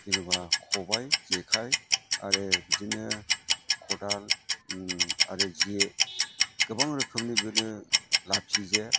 जेनेबा खबाइ जेखाइ आरो बिदिनो खदाल आरो जे गोबां रोखोमनि बिदिनो लाफि जे